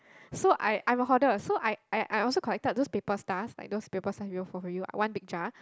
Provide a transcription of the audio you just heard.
so I I am holder I I also collected those paper stuff like those paper stuff for you one big jar